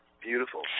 Beautiful